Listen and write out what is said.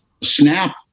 Snap